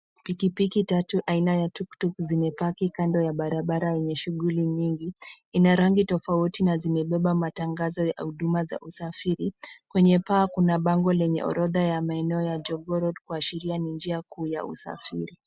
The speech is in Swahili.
Pikipiki tatu aina ya tuktuk zimepaki kando ya barabara yenye shughuli nyingi. Ina rangi tofauti na zimebeba matangazo ya huduma za usafiri. Kwenye paa kuna bango lenye orodha ya maeneo ya Jogoo road kuashiria ni njia kuu ya usafiri.